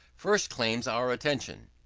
first claims our attention.